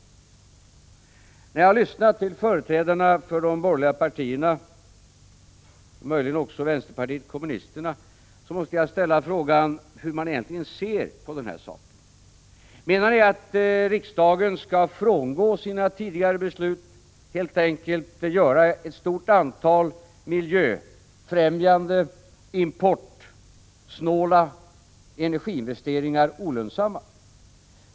När jag lyssnar till företrädarna för de borgerliga partierna — och möjligen också för vänsterpartiet kommunisterna — måste jag ställa frågan, hur man egentligen ser på den här saken. Menar ni att riksdagen skall frångå sina tidigare beslut och helt enkelt göra ett stort antal miljöfrämjande, importsnåla energiinvesteringar olönsamma?